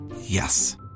Yes